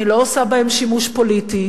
אני לא עושה בהם שימוש פוליטי.